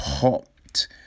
popped